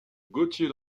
gautier